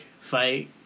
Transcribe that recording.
fight